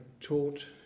taught